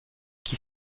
qui